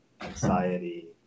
anxiety